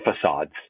facades